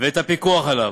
ואת הפיקוח עליו.